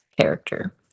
character